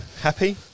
Happy